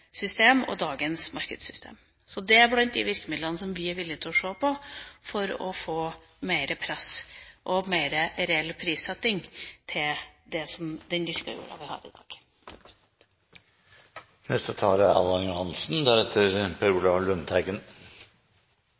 system og dagens markedssystem. Dette er blant de virkemidlene vi er villig til å se på for å få mer press og en mer reell prissetting på den dyrka jorda vi har i dag.